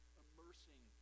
immersing